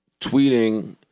tweeting